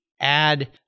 add